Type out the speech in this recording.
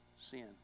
sin